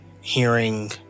hearing